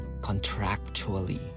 contractually